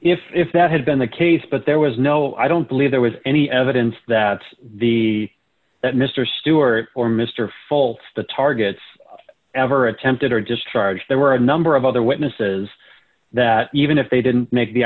if if that had been the case but there was no i don't believe there was any evidence that the that mr stewart or mr fultz the targets ever attempted or just charge there were a number of other witnesses that even if they didn't make the